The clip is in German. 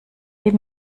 die